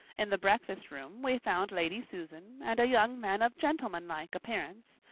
in the breakfast-room we found lady susan, and a young man of gentlemanlike appearance,